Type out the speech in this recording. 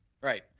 Right